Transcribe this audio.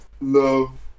love